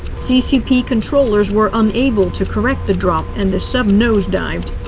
ccp controllers were unable to correct the drop and the sub nose-dived.